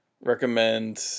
recommend